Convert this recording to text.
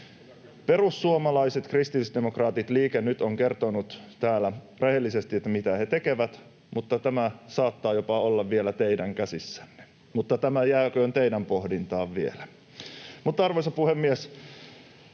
Perussuomalaiset, kristillisdemokraatit ja Liike Nyt ovat kertoneet täällä rehellisesti, mitä he tekevät, mutta tämä saattaa jopa olla vielä teidän käsissänne. Mutta tämä jääköön vielä teidän pohdintaanne. Arvoisa puhemies!